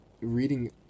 reading